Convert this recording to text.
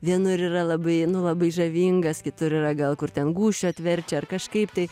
vienur yra labai labai žavingas kitur yra gal kur ten gūžčiot verčia ar kažkaip tai